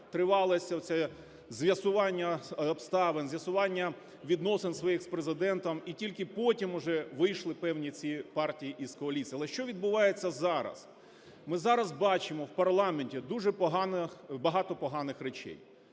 тривало оце з'ясування обставин, з'ясування відносин своїх з Президентом, і тільки потім уже вийшли ці певні партії із коаліції. Але що відбувається зараз? Ми зараз бачимо в парламенті дуже багато поганих речей: